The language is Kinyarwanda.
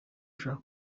ushaka